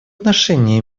отношение